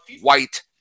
white